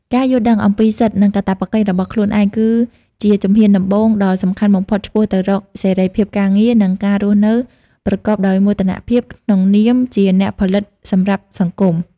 ការយល់ដឹងអំពីសិទ្ធិ និងកាតព្វកិច្ចរបស់ខ្លួនឯង គឺជាជំហានដំបូងដ៏សំខាន់បំផុតឆ្ពោះទៅរកសេរីភាពការងារ និងការរស់នៅប្រកបដោយមោទនភាពក្នុងនាមជាអ្នកផលិតសម្រាប់សង្គម។